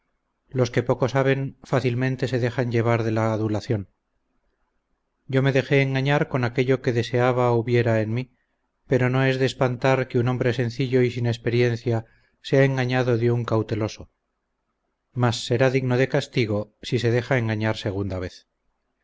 los que poco saben fácilmente se dejan llevar de la adulación yo me dejé engañar con aquello que deseaba hubiera en mí pero no es de espantar que un hombre sencillo y sin experiencia sea engañado de un cauteloso mas será digno de castigo si se deja engañar segunda vez